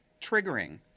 triggering